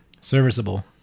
serviceable